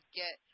get